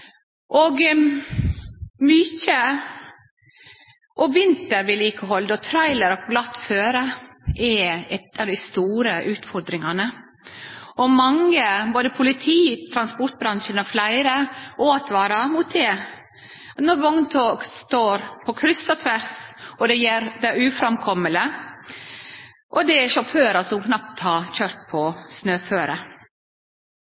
og trailerar på glatt føre er ei av dei store utfordringane, og mange – både politi, transportbransjen og fleire – åtvarar mot vogntog som står på kryss og tvers og som gjer det uframkommeleg. Og dette er sjåførar som knapt har køyrt på